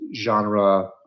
genre